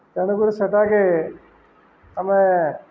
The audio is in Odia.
ତେଣୁକରି ସେଟାକେ ଆମେ